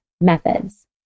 methods